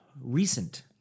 recent